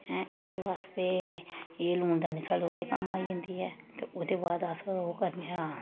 इस बास्तै एह लूनदानी साढ़े ओह्दे कम्म आई जंदी ऐ ते ओह्दे बाद अस ओह् करने आं